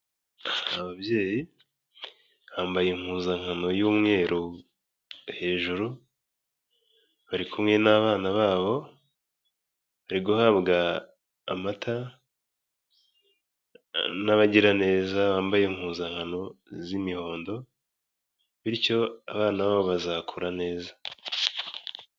Ababyeyi bambaye impuzankano y'umweru hejuru, bari kumwe n'abana babo, bari guhabwa amata, n'abagiraneza bambaye impuzankano z'imihondo, bityo abana babo bazakura neza.